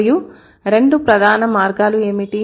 మరియురెండు ప్రధాన మార్గాలు ఏమిటి